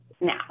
now